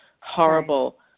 horrible